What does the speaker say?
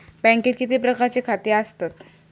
बँकेत किती प्रकारची खाती आसतात?